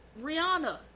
Rihanna